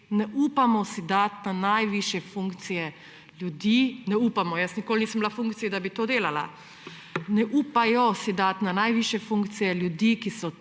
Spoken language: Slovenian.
ne upamo si dati na najvišje funkcije ljudi – ne upamo; jaz nikoli nisem bila v funkciji, da bi to delala – ne upajo si dati na najvišje funkcije ljudi, ki so